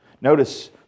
Notice